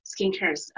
skincare